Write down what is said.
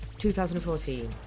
2014